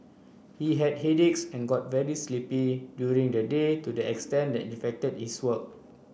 he had headaches and got very sleepy during the day to the extent that it affected his work